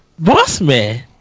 Bossman